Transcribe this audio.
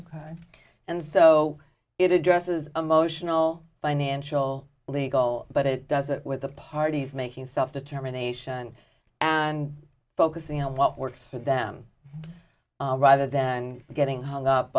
and so it addresses emotional financial legal but it does it with the parties making self determination and focusing on what works for them rather than getting hung up